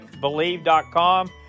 Believe.com